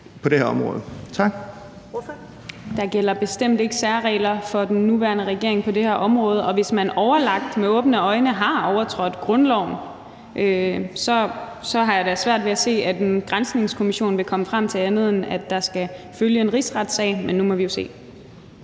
15:05 Mai Villadsen (EL): Der gælder bestemt ikke særregler for den nuværende regering på det her område, og hvis man overlagt med åbne øjne har overtrådt grundloven, har jeg da svært ved at se, at en granskningskommission vil komme frem til andet, end at der skal følge en rigsretssag. Men nu må vi jo se.